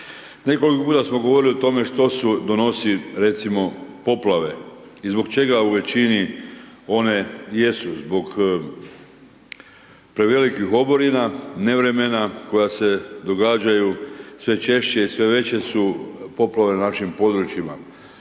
Nekoliko puta smo govorili o tome što su donosi, recimo, poplave i zbog čega u većini one jesu zbog prevelikih oborina, nevremena koja se događaju, sve češće i sve veće su poplave na našim područjima.